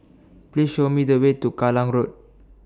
Please Show Me The Way to Kallang Road